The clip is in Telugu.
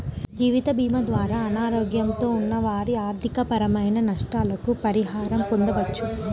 జీవితభీమా ద్వారా అనారోగ్యంతో ఉన్న వారి ఆర్థికపరమైన నష్టాలకు పరిహారం పొందవచ్చు